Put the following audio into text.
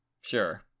sure